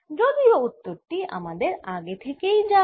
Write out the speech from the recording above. যদিও উত্তর টি আমাদের আগে থেকেই জানা